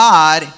God